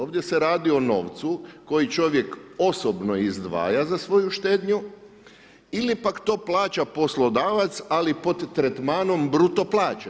Ovdje se radi o novcu koji čovjek osobno izdvaja za svoju štednju ili pak to plaća poslodavac ali pod tretmanom bruto plaće.